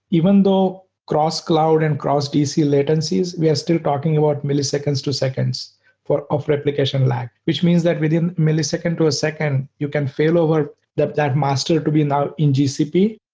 even though cross-cloud and cross-pc latencies, we are still talking about milliseconds to seconds of replication lag, which means that within millisecond to a second, you can failover that that master to be now in gcp.